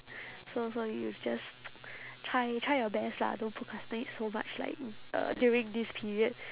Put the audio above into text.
so so you just try try your best lah don't procrastinate so much like uh during this period